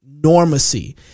normacy